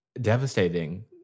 devastating